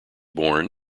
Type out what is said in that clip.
born